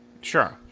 Sure